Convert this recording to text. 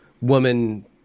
woman